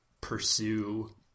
pursue